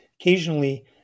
occasionally